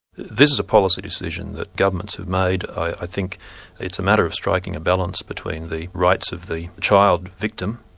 this is a policy decision that governments have made. i think it's a matter of striking a balance between the rights of the child victim,